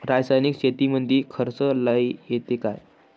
रासायनिक शेतीमंदी खर्च लई येतो का?